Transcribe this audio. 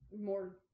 more